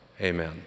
amen